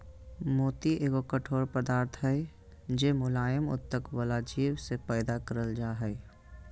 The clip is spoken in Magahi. मोती एगो कठोर पदार्थ हय जे मुलायम उत्तक वला जीव से पैदा करल जा हय